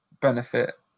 benefit